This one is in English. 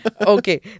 okay